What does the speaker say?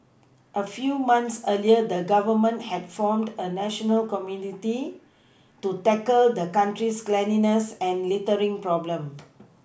a few months earlier the Government had formed a national committee to tackle the country's cleanliness and littering problem